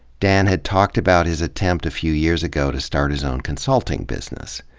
dan had talked about his attempt a few years ago to start his own consulting business.